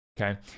Okay